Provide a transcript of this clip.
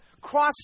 cross